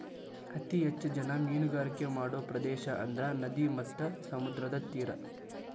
ಅತೇ ಹೆಚ್ಚ ಜನಾ ಮೇನುಗಾರಿಕೆ ಮಾಡು ಪ್ರದೇಶಾ ಅಂದ್ರ ನದಿ ಮತ್ತ ಸಮುದ್ರದ ತೇರಾ